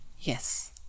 Yes